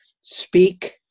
speak